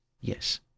yes